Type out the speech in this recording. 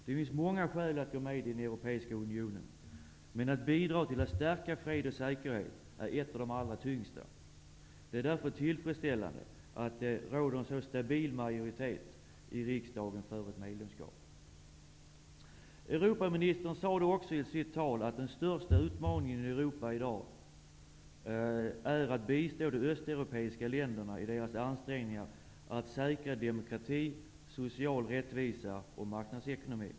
Det finns många skäl att gå med i den europeiska unionen, men att bidra till att stärka fred och säkerhet är ett av de allra tyngsta. Det är därför tillfredsställande att det råder en så stabil majoritet i riksdagen för ett medlemskap. Europaministern sade också i sitt tal att den största utmaningen i Europa i dag är att bistå de östeuropeiska länderna i deras ansträngningar att säkra demokrati, social rättvisa och marknadsekonomi.